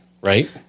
right